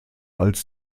als